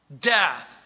death